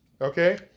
okay